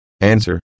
Answer